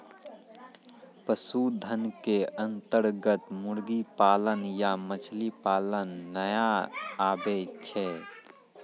पशुधन के अन्तर्गत मुर्गी पालन या मछली पालन नाय आबै छै